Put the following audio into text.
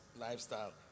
Lifestyle